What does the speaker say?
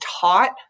taught